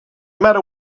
matter